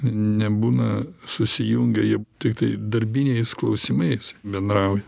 nebūna susijungę jie tiktai darbiniais klausimais bendrauja